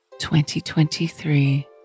2023